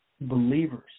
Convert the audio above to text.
Believers